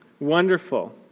Wonderful